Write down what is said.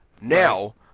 Now